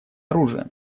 оружием